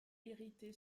hérité